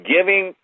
Giving